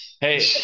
Hey